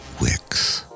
Wicks